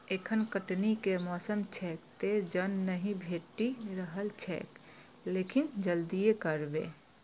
एखन कटनी के मौसम छैक, तें जन नहि भेटि रहल छैक, लेकिन जल्दिए करबै